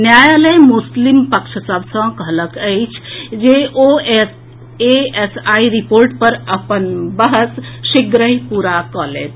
न्यायालय मुस्लिम पक्ष सभ सॅ कहलक अछि जे ओ एएसआई रिपोर्ट पर अपन बहस शीघ्रहि पूरा कऽ लेथि